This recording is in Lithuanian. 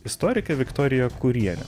istorikė viktorija kurienė